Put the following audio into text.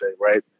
right